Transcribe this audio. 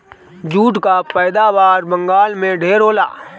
jute कअ पैदावार बंगाल में ढेर होला